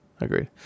Agreed